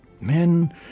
men